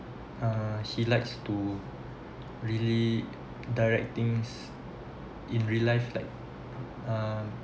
uh she like to really direct things in real life like uh